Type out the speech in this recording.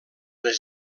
les